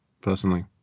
personally